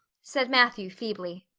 said matthew feebly.